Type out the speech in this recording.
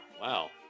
wow